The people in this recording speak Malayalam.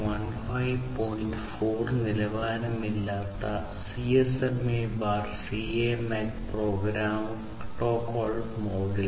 4 നിലവാരമില്ലാത്ത CSMACA MAC പ്രോട്ടോക്കോൾ മോഡിൽ